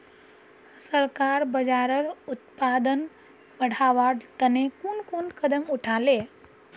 सरकार बाजरार उत्पादन बढ़वार तने कुन कुन कदम उठा ले